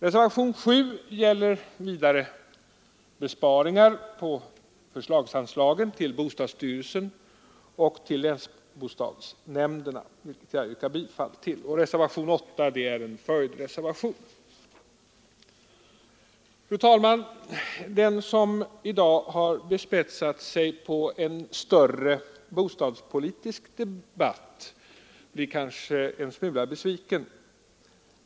— Reservationen 7 gäller besparingar på förslagsanslagen till bostadsstyrelsen och till länsbostadsnämnden, vilket jag yrkar bifall till. Fru talman! Den som i dag har bespetsat sig på en större bostadspolitisk debatt blir nog en smula besviken.